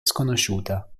sconosciuta